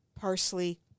parsley